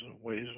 ways